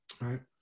Right